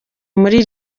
muri